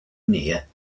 near